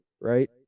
right